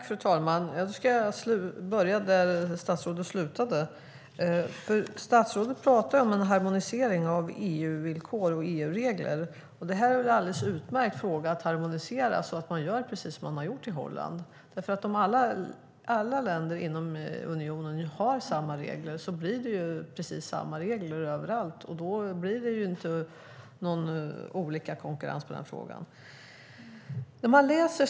Fru talman! Ja, då ska jag börja där statsrådet slutade. Statsrådet pratar om en harmonisering av EU-villkor och EU-regler. Det här är väl en alldeles utmärkt fråga att harmonisera, så att man gör precis som de har gjort i Holland. Om alla länder inom unionen har samma regler blir det precis samma regler överallt, och då blir det inte olika konkurrens när det gäller den frågan.